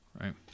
Right